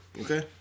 okay